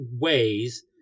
ways